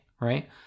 right